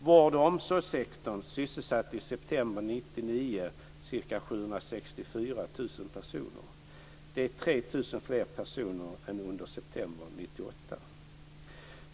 Vård och omsorgssektorn sysselsatte i september 1999 ca 764 000 personer. Det är 3 000 fler personer än i september 1998.